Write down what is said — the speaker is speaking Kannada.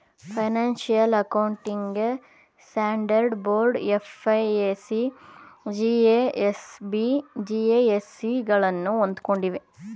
financial accounting standard board FAC, GASB, GASC ಗಳನ್ನು ಒಳ್ಗೊಂಡಿದೆ